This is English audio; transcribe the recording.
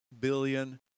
billion